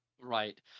Right